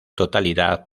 totalidad